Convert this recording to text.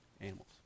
animals